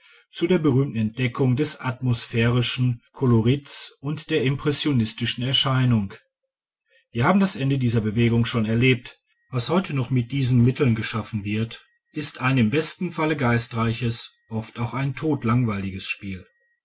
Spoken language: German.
zu der berühmten entdeckung des atmosphärischen kolonits und der impressionistischen erscheinung wir haben das ende dieser bewegung schon erlebt was heute noch mit diesen mitteln geschaffen wird ist ein im besten falle geistreiches oft auch ein totlangweiliges spiel